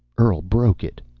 earl broke it.